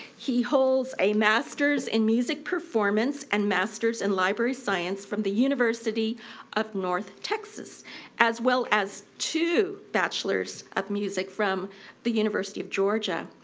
he holds a masters in music performance and masters in library science from the university of north texas as well as two bachelors of music from the university of georgia.